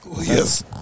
Yes